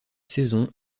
saison